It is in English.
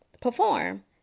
perform